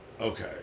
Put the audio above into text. okay